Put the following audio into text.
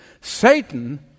Satan